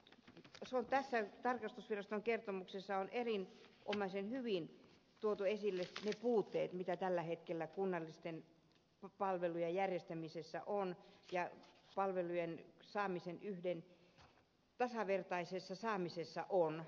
tässä tarkastusviraston kertomuksessa on erinomaisen hyvin tuotu esille ne puutteet joita tällä hetkellä kunnallisten palvelujen järjestämisessä ja palvelujen tasavertaisessa saamisessa on